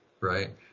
Right